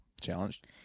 challenged